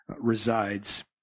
resides